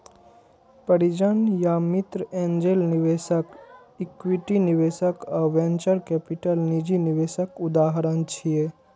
परिजन या मित्र, एंजेल निवेशक, इक्विटी निवेशक आ वेंचर कैपिटल निजी निवेशक उदाहरण छियै